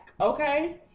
okay